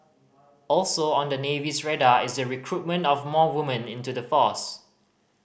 also on the Navy's radar is the recruitment of more woman into the force